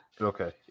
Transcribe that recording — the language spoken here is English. Okay